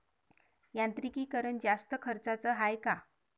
यांत्रिकीकरण जास्त खर्चाचं हाये का?